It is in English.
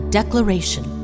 declaration